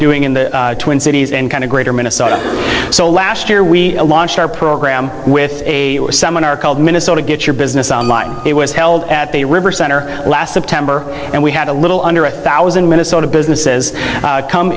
doing in the twin cities and kind of greater minnesota so last year we launched our program with a seminar called minnesota get your business on line it was held at the river center last september and we had a little under a thousand minnesota business says come